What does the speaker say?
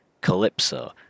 Calypso